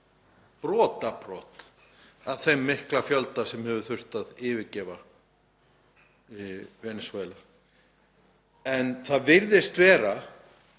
brotabrot, af þeim mikla fjölda sem hefur þurft að yfirgefa Venesúela. En það virðist vera